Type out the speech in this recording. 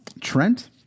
Trent –